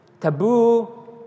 taboo